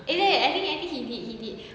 I think I think he did he did